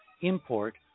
import